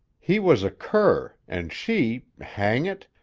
he was a cur, and she hang it!